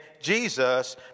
Jesus